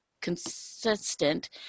consistent